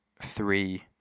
three